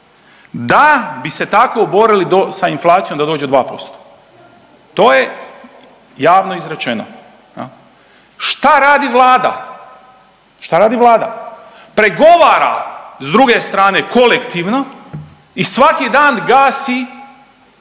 da bi se tako borili do, sa inflacijom da dođe 2%. To je javno izrečeno. Šta radi Vlada? Šta radi Vlada? Pregovara s druge strane kolektivno i svaki dan gasi